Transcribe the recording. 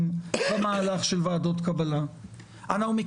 וברגע שהולכים אל מונחים כמו ייעוד הגליל בהגדרה,